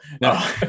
no